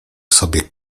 sobie